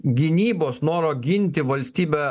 gynybos noro ginti valstybę